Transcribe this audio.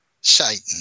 Satan